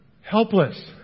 helpless